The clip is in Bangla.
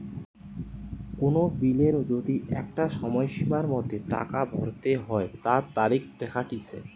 কোন বিলের যদি একটা সময়সীমার মধ্যে টাকা ভরতে হই তার তারিখ দেখাটিচ্ছে